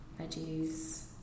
veggies